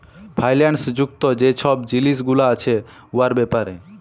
ফাইল্যাল্স যুক্ত যে ছব জিলিস গুলা আছে উয়ার ব্যাপারে